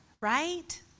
Right